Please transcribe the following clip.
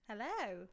Hello